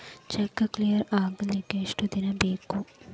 Check clear ಆಗಲಿಕ್ಕೆ ಎಷ್ಟ ದಿನ ಬೇಕು?